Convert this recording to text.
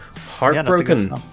Heartbroken